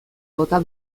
bota